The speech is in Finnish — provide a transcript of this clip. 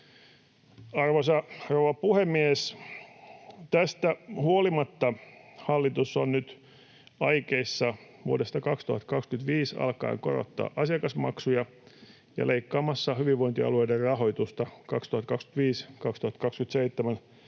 Arvoisa rouva puhemies! Tästä huolimatta hallitus on nyt aikeissa vuodesta 2025 alkaen korottaa asiakasmaksuja ja leikkaamassa hyvinvointialueiden rahoitusta 2025—2027